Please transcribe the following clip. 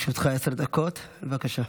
לרשותך עשר דקות, בבקשה.